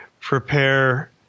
prepare